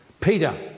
Peter